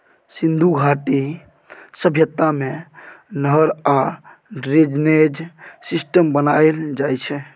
सिन्धु घाटी सभ्यता मे नहर आ ड्रेनेज सिस्टम बनाएल जाइ छै